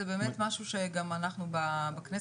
זה באמת משהו שגם אנחנו בכנסת,